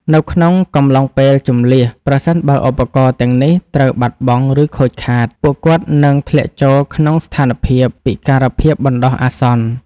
នៅក្នុងកំឡុងពេលជម្លៀស ប្រសិនបើឧបករណ៍ទាំងនេះត្រូវបាត់បង់ ឬខូចខាត ពួកគាត់នឹងធ្លាក់ចូលក្នុងស្ថានភាព ពិការភាពបណ្ដោះអាសន្ន។